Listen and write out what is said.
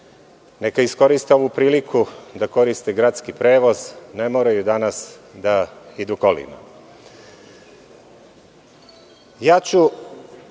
Neka iskoriste ovu priliku da koriste gradski prevoz, ne moraju danas da idu kolima. Svojih